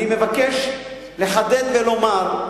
אני מבקש לחדד ולומר,